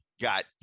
got